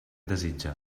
desitge